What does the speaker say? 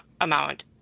amount